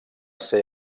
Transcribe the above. ser